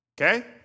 Okay